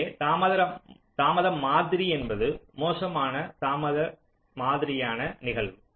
அங்கே தாமத மாதிரி என்பது மோசமான தாமத மாதிரியான நிகழ்வு